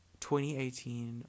2018